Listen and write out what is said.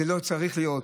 לא צריך להיות,